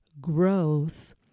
growth